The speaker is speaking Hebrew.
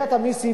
בגביית המסים,